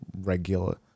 regular